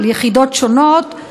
יחידות שונות.